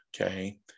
okay